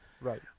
right